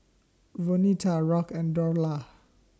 Vonetta Rock and Dorla